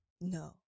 No